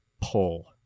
pull